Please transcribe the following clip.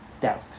Doubt